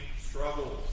struggles